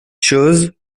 chooz